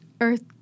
earth